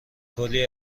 کلی